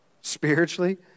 spiritually